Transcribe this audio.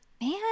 man